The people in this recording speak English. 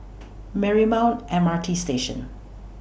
Marymount M R T Station